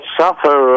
suffer